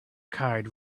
card